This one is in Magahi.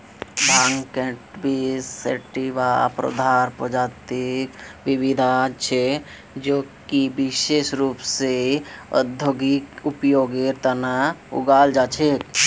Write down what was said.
भांग कैनबिस सैटिवा पौधार प्रजातिक विविधता छे जो कि विशेष रूप स औद्योगिक उपयोगेर तना उगाल जा छे